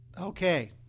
Okay